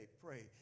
pray